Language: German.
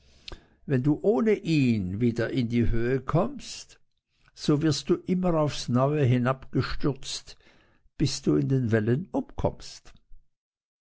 wenn du ohne ihn wieder in die höhe kommst so wirst du immer aufs neue hinabgestürzt bis du in den wellen umkommst